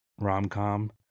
rom-com